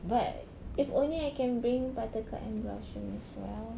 but if only I can bring buttercup and blossom as well